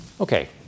Okay